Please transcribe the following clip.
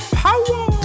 power